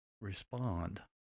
respond